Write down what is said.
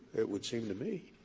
it would seem to me.